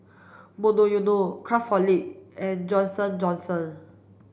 Monoyono Craftholic and Johnson Johnson